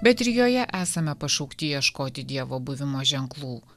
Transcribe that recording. bet ir joje esame pašaukti ieškoti dievo buvimo ženklų